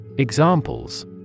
Examples